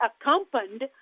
accompanied